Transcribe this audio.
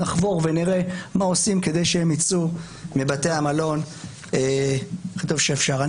נחבור ונראה מה עושים כדי שהם יצאו מבתי המלון הכי טוב שאפשר.